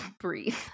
breathe